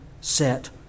set